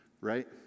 right